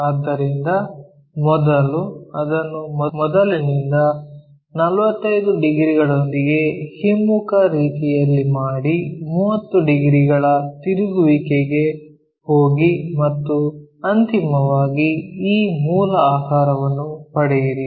ಆದ್ದರಿಂದ ಮೊದಲು ಅದನ್ನು ಮೊದಲಿನಿಂದ 45 ಡಿಗ್ರಿಗಳೊಂದಿಗೆ ಹಿಮ್ಮುಖ ರೀತಿಯಲ್ಲಿ ಮಾಡಿ 30 ಡಿಗ್ರಿಗಳ ತಿರುಗುವಿಕೆಗೆ ಹೋಗಿ ಮತ್ತು ಅಂತಿಮವಾಗಿ ಈ ಮೂಲ ಆಕಾರವನ್ನು ಪಡೆಯಿರಿ